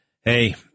Hey